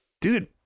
Dude